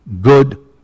good